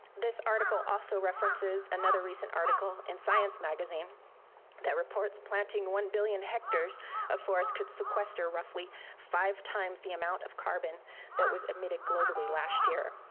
this article also references another recent article in science magazine that reports planting one billion hectares of forest could sequester roughly five times the amount of carbon that was emitted globally last year.